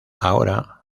ahora